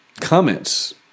comments